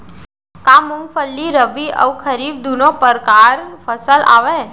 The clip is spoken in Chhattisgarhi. का मूंगफली रबि अऊ खरीफ दूनो परकार फसल आवय?